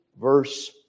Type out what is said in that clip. verse